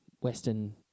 Western